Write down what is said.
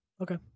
Okay